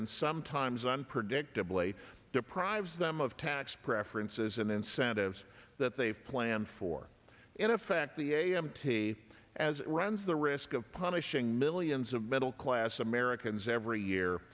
and sometimes unpredictably deprives them of tax preferences and incentives that they plan for in effect the a m t as it runs the risk of punishing millions of middle class americans every year